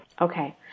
Okay